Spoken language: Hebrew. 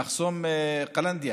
במחסום קלנדיה,